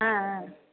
ஆ ஆ